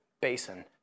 basin